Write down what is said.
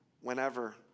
whenever